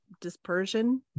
dispersion